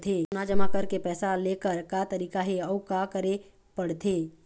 सोना जमा करके पैसा लेकर का तरीका हे अउ का करे पड़थे?